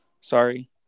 sorry